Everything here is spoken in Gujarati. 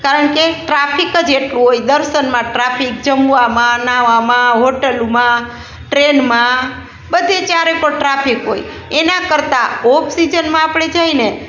કારણ કે ટ્રાફિક જ એટલું હોય દર્શનમાં ટ્રાફિક જમવામાં નહાવામાં હોટલોમાં ટ્રેનમાં બધે ચારે કોર ટ્રાફિક હોય એના કરતાં ઓફ સિઝનમાં આપણે જઈએ ને